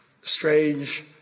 strange